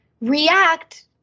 react